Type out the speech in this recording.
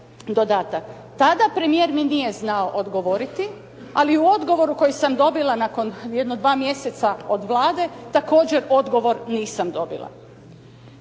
dodatak. Tada premijer mi nije znao odgovoriti, ali u odgovoru koji sam dobila nakon jedno 2 mjeseca od Vlade, također odgovor nisam dobila.